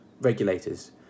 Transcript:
regulators